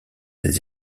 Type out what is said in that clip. des